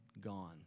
gone